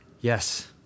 Yes